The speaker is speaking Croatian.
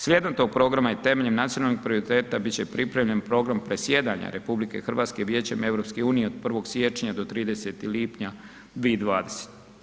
Slijedom tog programa i temeljem nacionalnih prioriteta biti će pripremljen program predsjedanja RH Vijećem EU od 1. siječnja do 30. lipnja 2020.